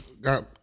got